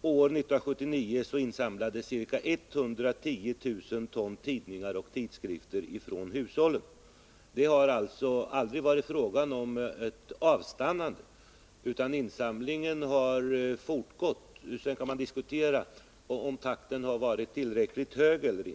och år 1979 insamlades ca 110 000 ton tidningar och tidskrifter från hushållen. Det har alltså aldrig varit fråga om ett avstannande, utan insamlingarna har fortgått. Sedan kan man diskutera om takten har varit tillräckligt hög eller ej.